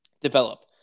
develop